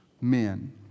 men